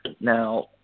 Now